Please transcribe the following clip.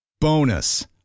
Bonus